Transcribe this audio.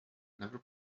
never